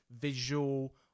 visual